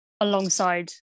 alongside